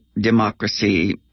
democracy